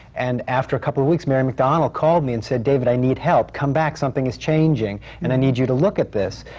and after a couple of weeks, mary mcdonnell called me and said, david, i need help. come back, something is changing and i need you to look at this.